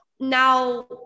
Now